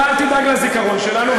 אתה אל תדאג לזיכרון שלנו,